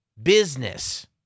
business